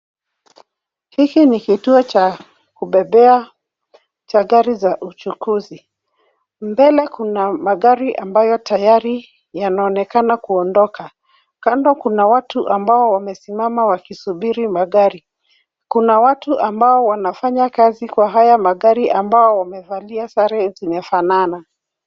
Hiki ni kituo cha kubebea cha gari za uchukuzi . Mbele kuna magari ambayo tayari yanaonekana kuondoka. Kando kuna watu ambao wamesimama wakisubiri magari. Kuna watu ambao wanafanya kazi kwa haya magari ambao wamevalia sare zimefanana.